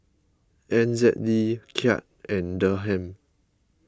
N Z D Kyat and Dirham